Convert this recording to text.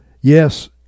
Yes